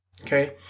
okay